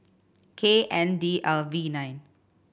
K N D L V nine